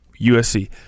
USC